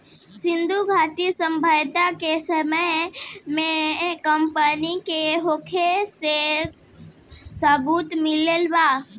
सिंधुघाटी सभ्यता के समय में कपास के होखे के सबूत मिलल बा